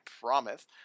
promise